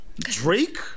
Drake